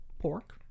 pork